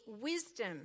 wisdom